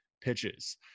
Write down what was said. pitches